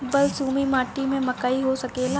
बलसूमी माटी में मकई हो सकेला?